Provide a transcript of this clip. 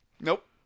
Nope